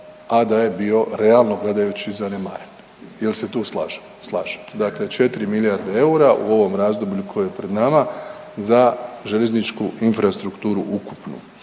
a da je bio realno gledajući zanemaren, jel se tu slažemo? Slažemo, dakle 4 milijarde eura u ovom razdoblju koje je pred nama za željezničku infrastrukturu ukupnu.